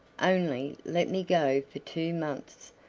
only let me go for two months,